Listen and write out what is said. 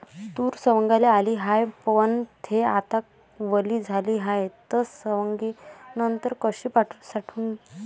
तूर सवंगाले आली हाये, पन थे आता वली झाली हाये, त सवंगनीनंतर कशी साठवून ठेवाव?